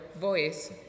voice